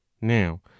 now